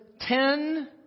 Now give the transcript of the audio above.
ten